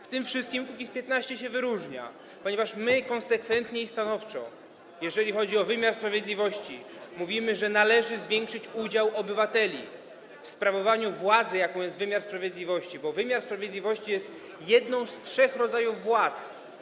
W tym wszystkim Kukiz’15 się wyróżnia, ponieważ my konsekwentnie i stanowczo, jeżeli chodzi o wymiar sprawiedliwości, mówimy, że należy zwiększyć udział obywateli w sprawowaniu władzy, jaką jest wymiar sprawiedliwości, bo wymiar sprawiedliwości jest jedną z trzech rodzajów władz.